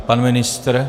Pan ministr?